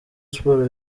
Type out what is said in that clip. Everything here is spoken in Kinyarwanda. sports